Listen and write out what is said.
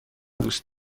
دوست